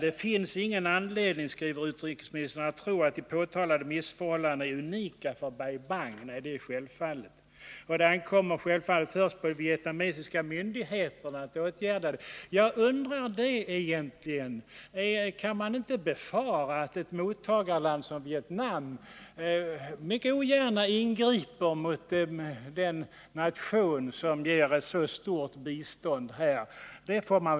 ”Det finns ingen anledning att tro att de påtalade missförhållandena är unika för Bai Bang”, skriver utrikesministern. Nej, självfallet inte.” Att vidta åtgärder ankommer ”i första hand på de vietnamesiska myndigheterna”, säger utrikesministern vidare. Men jag undrar om det är på det sättet. Kan man inte befara att ett mottagarland som Vietnam mycket ogärna ingriper med tanke på att personalen kommer från en nation som ger ett så stort bistånd? Det vore förståeligt.